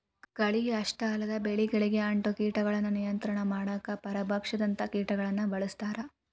ಕಳೆ ಅಷ್ಟ ಅಲ್ಲದ ಬೆಳಿಗಳಿಗೆ ಅಂಟೊ ಕೇಟಗಳನ್ನ ನಿಯಂತ್ರಣ ಮಾಡಾಕ ಪರಭಕ್ಷಕದಂತ ಕೇಟಗಳನ್ನ ಬಳಸ್ತಾರ